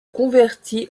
convertit